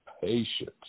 patience